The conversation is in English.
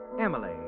Emily